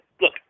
Look